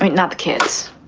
not the kids,